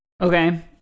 Okay